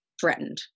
threatened